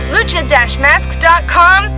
Lucha-masks.com